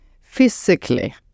physically